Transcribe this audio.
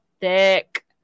thick